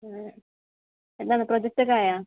ആ എന്താണ് പ്രൊജക്ട് ഒക്കെ ആയോ